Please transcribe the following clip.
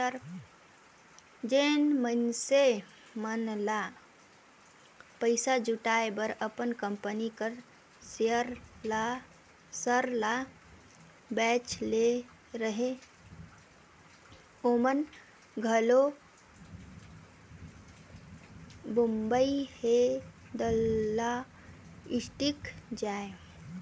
जेन मइनसे मन ल पइसा जुटाए बर अपन कंपनी कर सेयर ल बेंचे ले रहें ओमन घलो बंबई हे दलाल स्टीक जाएं